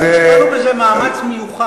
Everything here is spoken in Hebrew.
אז, השקיעו בזה מאמץ מיוחד.